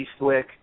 Eastwick